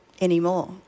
anymore